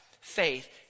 faith